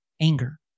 anger